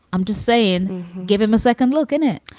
i'm just saying give him a second look in it.